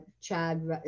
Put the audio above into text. Chad